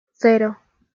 cero